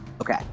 Okay